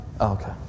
Okay